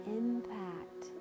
impact